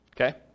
Okay